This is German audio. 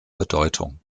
bedeutung